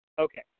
Okay